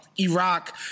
Iraq